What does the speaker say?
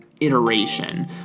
iteration